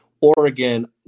Oregon